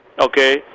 okay